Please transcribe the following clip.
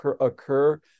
occur